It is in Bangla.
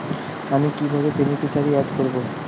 আমি কিভাবে বেনিফিসিয়ারি অ্যাড করব?